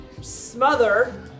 smother